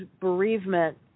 bereavement